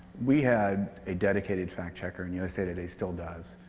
we had a dedicated fact checker, and usa today still does.